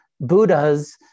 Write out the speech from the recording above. Buddha's